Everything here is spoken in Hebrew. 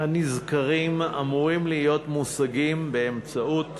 הנזכרים אמורים להיות מושגים באמצעות